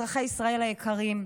אזרחי ישראל היקרים,